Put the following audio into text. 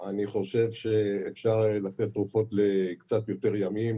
אני חושב שאפשר לתת תרופות לקצת יותר ימים,